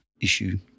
issue